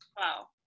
Wow